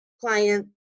client